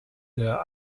der